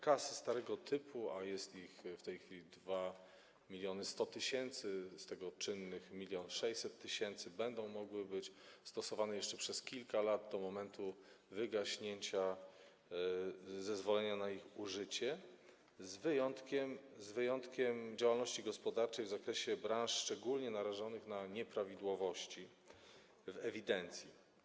Kasy starego typu - jest ich w tej chwili 2 mln 100 tys., z czego 1 mln. 600 tys. czynnych - będą mogły być stosowane jeszcze przez kilka lat, do momentu wygaśnięcia zezwolenia na ich użycie, z wyjątkiem działalności gospodarczych w zakresie branż szczególnie narażonych na nieprawidłowości w ewidencji.